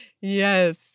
yes